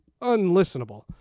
unlistenable